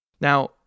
Now